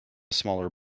smaller